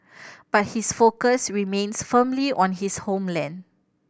but his focus remains firmly on his homeland